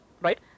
right